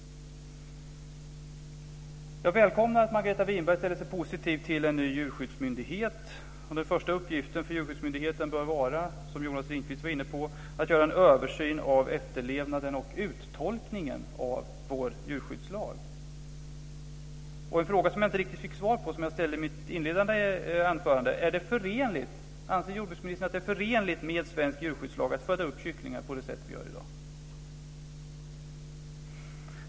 Jag välkomnar att Margareta Winberg ställer sig positiv till en ny djurskyddsmyndighet. Den första uppgiften för djurskyddsmyndigheten bör vara, som Jonas Ringqvist var inne på, att göra en översyn av efterlevnaden och uttolkningen av vår djurskyddslag. En fråga som jag inte riktigt fick svar på som jag ställde i mitt inledande anförande gällde om jordbruksministern anser att det är förenligt med svensk djurskyddslag att föda upp kycklingar på det sätt vi gör i dag.